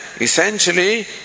essentially